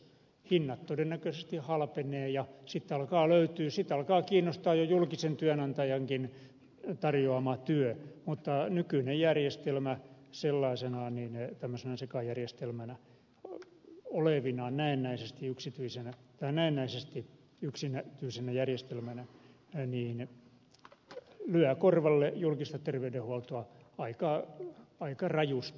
hinnat todennäköisesti halpenevat ja sitten alkaa löytyä sitten alkaa kiinnostaa jo julkisen työnantajankin tarjoama työ mutta nykyinen järjestelmä sellaisenaan tämmöisenä sekajärjestelmänä näennäisesti yksityisenä järjestelmänä lyö korvalle julkista terveydenhuoltoa aika rajusti